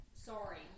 Sorry